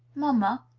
mamma,